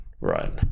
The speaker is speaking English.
right